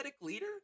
leader